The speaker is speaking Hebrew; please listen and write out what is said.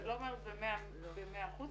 אני לא אומר במאה אחוז,